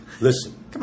Listen